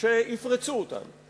שיפרצו אותם.